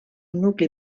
nucli